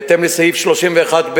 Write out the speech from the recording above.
בהתאם לסעיף 31(ב)